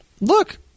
Look